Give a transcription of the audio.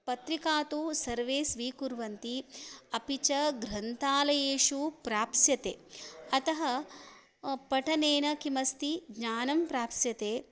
पत्रिका तु सर्वे स्वीकुर्वन्ति अपि च ग्रन्थालयेषु प्राप्स्यते अतः पठनेन किमस्ति ज्ञानं प्राप्स्यते